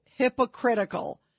Hypocritical